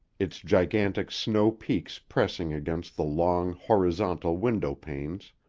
its gigantic snow-peaks pressing against the long, horizontal window panes,